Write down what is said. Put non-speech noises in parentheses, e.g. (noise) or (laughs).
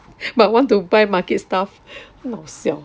(laughs) but want to buy market stuff 很好笑